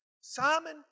Simon